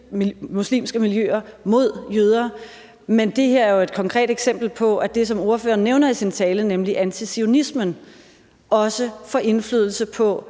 muslimske miljøer mod jøder. Men det her er jo et konkret eksempel på, at det, som ordføreren nævner i sin tale, nemlig antizionismen, også får indflydelse på,